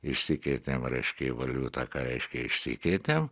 išsikeitėm reiškia į valiutą ką reiškia išsikeitėm